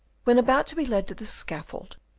when about to be led to the scaffold,